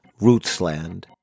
Rootsland